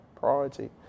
priority